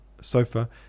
sofa